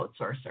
outsourcer